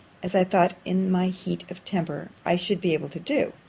as i thought in my heat of temper i should be able to do.